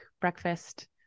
breakfast